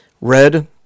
Red